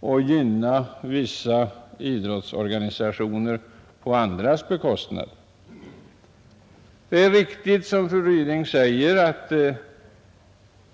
och gynna vissa idrottsorganisationer på andras bekostnad. Det är riktigt som fru Ryding säger att